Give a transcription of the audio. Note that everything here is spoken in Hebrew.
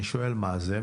אני שואל מה זה,